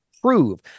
prove